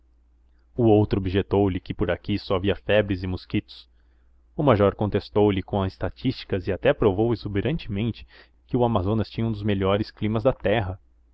o outro objetou lhe que por aqui só havia febres e mosquitos o major contestou lhe com estatísticas e até provou exuberantemente que o amazonas tinha um dos melhores climas da terra